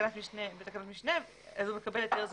הוא מקבל היתר זמני.